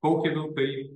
kaukia vilkai